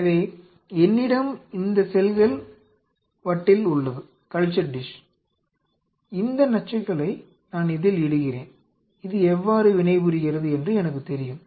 எனவே என்னிடம் இந்த செல்கள் வட்டில் உள்ளது இந்த நச்சுகளை நான் இதில் இடுகிறேன் இது எவ்வாறு வினைபுரிகிறது என்று எனக்குத் தெரியும்